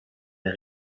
air